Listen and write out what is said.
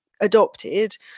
adopted